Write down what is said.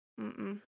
Mm-mm